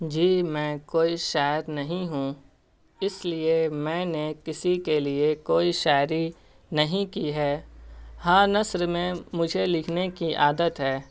جی میں کوئی شاعر نہیں ہوں اس لیے میں نے کسی کے لیے کوئی شاعری نہیں کی ہے ہاں نثر میں مجھے لکھنے کی عادت ہے